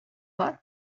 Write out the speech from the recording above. бар